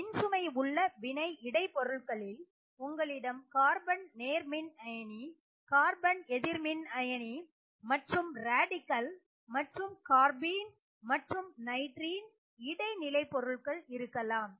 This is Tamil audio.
மின்சுமை உள்ள வினை இடை பொருள்களில் உங்களிடம் கார்பன் நேர்மின் அயனி கார்பன் எதிர்மின் அயனி மற்றும் radical மற்றும் கார்பீன் மற்றும் நைட்ரீன் இடைநிலை பொருள்கள் இருக்கலாம்